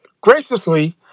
graciously